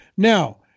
Now